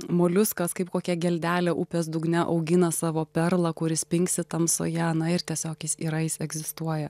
moliuskas kaip kokia geldelė upės dugne augina savo perlą kuris spingsi tamsoje na ir tiesiog jis yra jis egzistuoja